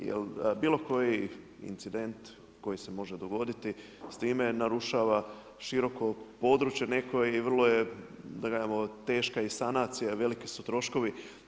Jer bilo koji incident koji se može dogoditi s time narušava široko područje neko i vrlo je, da kažemo teška i sanacija, veliki su troškovi.